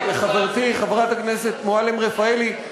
חברתי חברת הכנסת מועלם-רפאלי,